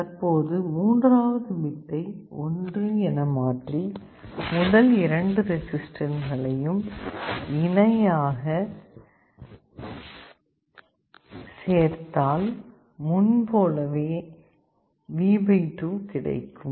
தற்போது மூன்றாவது பிட்டை 1 என மாற்றி முதல் இரண்டு ரெசிஸ்டன்ஸ்களையும் இணையாக சேர்த்தால் முன்போலவே V 2 கிடைக்கும்